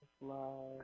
Love